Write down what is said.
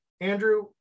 Andrew